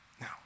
Now